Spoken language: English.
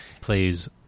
plays